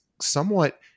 somewhat